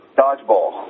dodgeball